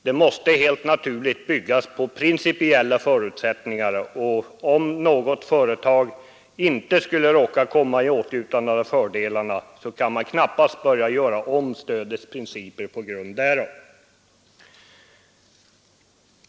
Det måste helt naturligt byggas på principiella förutsättningar, och om något företag inte skulle råka komma i åtnjutande av fördelarna, kan man knappast börja göra om stödets principer på grund därav.